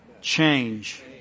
change